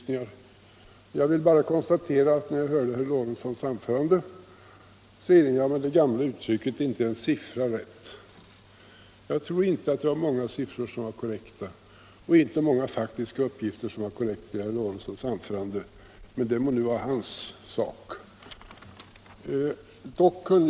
När jag åhörde herr Lorentzons anförande nu, erinrade jag mig det gamla uttrycket ”inte en siffra rätt”. Jag tror inte att många siffror eller faktiska uppgifter var korrekta i herr Lorentzons anförande. men det må vara hans sak.